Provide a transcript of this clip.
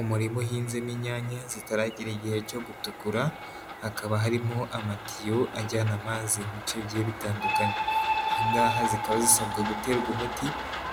Umurima uhinzemo inyanya zitaragera igihe cyo gutukura, hakaba harimo amatiyo ajyana amazi mu bice bigiye bitandukanye, aha ngaha zikaba zisabwa guterwa umuti